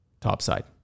topside